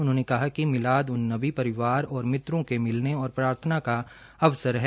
उन्होंने कहा कि मिलाद उन नवी परिवार और मित्रों के मिलने और प्रार्थना का अवसर है